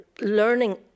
learning